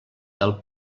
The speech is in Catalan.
del